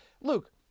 Luke